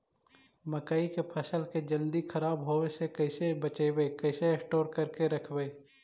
मकइ के फ़सल के जल्दी खराब होबे से कैसे बचइबै कैसे स्टोर करके रखबै?